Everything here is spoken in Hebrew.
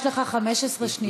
יש לך 15 שניות.